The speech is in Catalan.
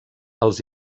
els